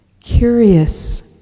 curious